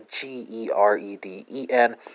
G-E-R-E-D-E-N